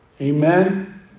Amen